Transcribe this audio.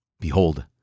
Behold